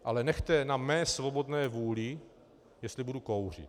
Ale nechte na mé svobodné vůli, jestli budu kouřit.